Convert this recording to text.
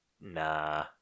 nah